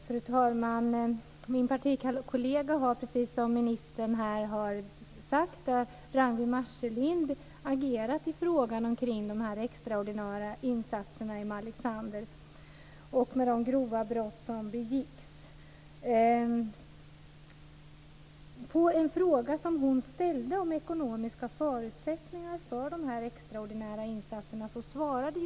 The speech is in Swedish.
Fru talman! Min partikollega Ragnwi Marcelind har - precis som justitieministern sade - agerat i frågan om de extraordinära insatserna i Malexander och de grova brott som begicks där. Ragnwi Marcelind ställde en fråga om ekonomiska förutsättningar för extraordinära insatser.